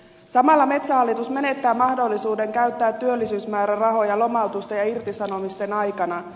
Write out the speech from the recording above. samalla metsähallitus menettää mahdollisuuden käyttää työllisyysmäärärahoja lomautusten ja irtisanomisten aikana